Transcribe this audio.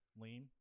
Lean